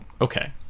okay